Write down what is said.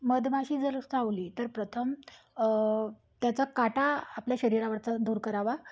मधमाशी जर चावली तर प्रथम त्याचा काटा आपल्या शरीरावरचा दूर करावा